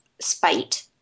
spite